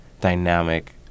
dynamic